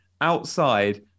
outside